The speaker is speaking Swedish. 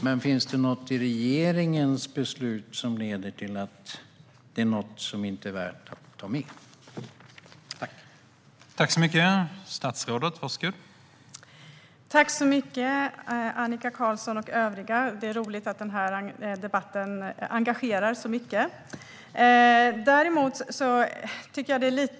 Men finns det något i regeringens beslut som leder till att det är något som inte är värt att ta med?